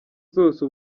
zose